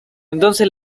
entonces